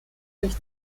sich